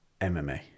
MMA